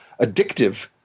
addictive